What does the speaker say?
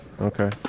Okay